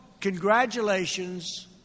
congratulations